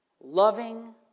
loving